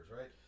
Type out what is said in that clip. right